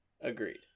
Agreed